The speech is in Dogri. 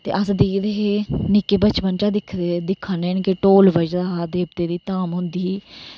के अस दिखदे हे निक्के बचपन चा गै दिक्खा ने न के ढोल बज़दा हा देवते दी धाम होंदी ही